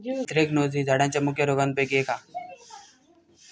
anthracnose ही झाडांच्या मुख्य रोगांपैकी एक हा